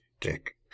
Dick